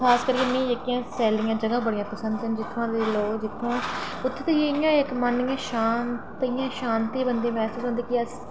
खास करियै मिगी सैल्लियां जगह जेह्ड़ियां ओह् बड़ियां पसंद न उत्थै बंदे इक्क शांत इं'या शांति बिच होंदी कि